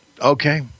Okay